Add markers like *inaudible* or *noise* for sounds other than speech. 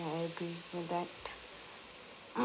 I agree with that *noise*